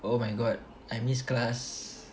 oh my god I miss class